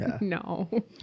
no